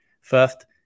First